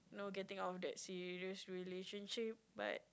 you know getting out of that serious relationship but